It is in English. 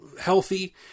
healthy